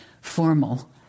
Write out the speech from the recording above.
formal